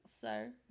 sir